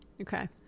Okay